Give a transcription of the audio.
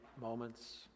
moments